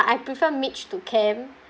I prefer mitch to cam